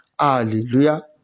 hallelujah